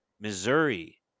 Missouri